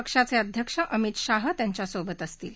पक्षाचे अध्यक्ष अमित शाह त्यांच्या सोबत असतील